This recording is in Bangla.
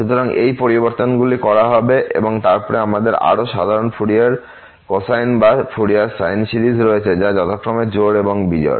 সুতরাং এই পরিবর্তনগুলি করা হবে এবং তারপরে আমাদের আরও সাধারণ ফুরিয়ার কোসাইন বা ফুরিয়ার সাইন সিরিজ রয়েছে যা যথাক্রমে জোড় এবং বিজোড়